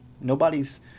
Nobody's